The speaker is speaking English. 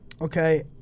okay